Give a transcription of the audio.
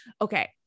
Okay